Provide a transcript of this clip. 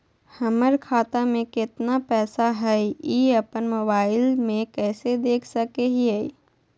हमर खाता में केतना पैसा हई, ई अपन मोबाईल में कैसे देख सके हियई?